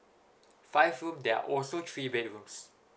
five room there are also three bedrooms